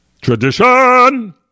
tradition